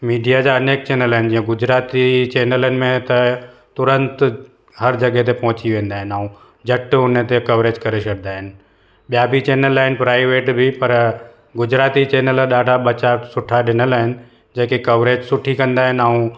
media जा अनेक channel आहिनि जीअं गुजराती चैनलनि में त तुरंत हर जगहि ते पहुंची वेंदा आहिनि ऐं झट हुन ते कवरेज करे छॾींदा आहिनि ॿिया बि चैनल आहिनि प्राइवेट बि पर गुजराती चैनल ॾाढा ॿ चारि सुठा ॾिनल आहिनि जेके कवरेज सुठी कंदा आहिनि ऐं